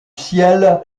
ciel